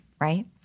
Right